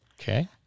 okay